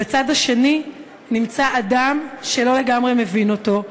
בצד השני נמצא אדם שלא לגמרי מבין אותו,